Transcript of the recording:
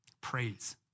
Praise